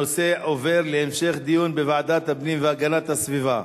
הנושא עובר להמשך דיון בוועדת הפנים והגנת הסביבה.